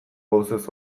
gauzez